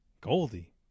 Goldie